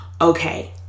Okay